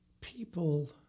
People –